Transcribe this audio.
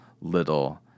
little